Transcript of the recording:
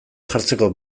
jartzeko